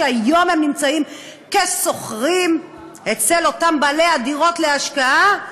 שהיום שוכרים אצל אותם בעלי הדירות להשקעה,